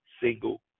single